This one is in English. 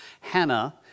Hannah